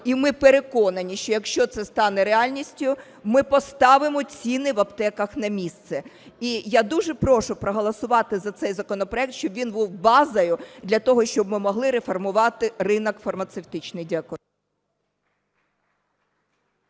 І ми переконані, що, якщо це стане реальністю, ми поставимо ціни в аптеках на місце. І я дуже прошу проголосувати за цей законопроект, щоб він був базою для того, щоб ми могли реформувати ринок фармацевтичний. Дякую.